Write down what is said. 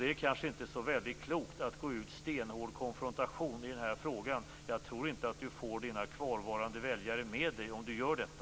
Det är kanske inte så väldigt klokt att gå ut i stenhård konfrontation i den här frågan. Jag tror inte att Lars Leijonborg får sina kvarvarande väljare med sig om han gör detta.